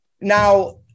now